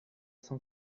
cent